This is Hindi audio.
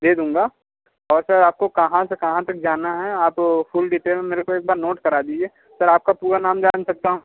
दे दूंगा और सर आप को कहाँ से कहाँ तक जाना है आप फुल डिटेल में मेरे को एक बार नोट करा दीजिए सर आपका पूरा नाम जान सकता हूँ